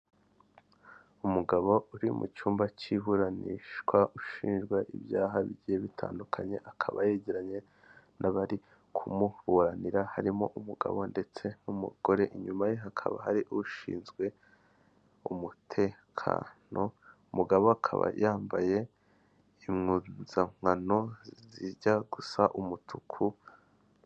Umugabo uri mu cyumba cy'iburanishwa, ushinjwa ibyaha bigiye bitandukanye, akaba yegeranye n'abari kumuburanira, harimo umugabo ndetse n'umugore, inyuma ye hakaba hari ushinzwe umutekano, umugabo akaba yambaye impuzankano zijya gusa umutuku